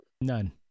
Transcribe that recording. None